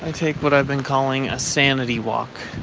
and take what i've been calling a sanity walk.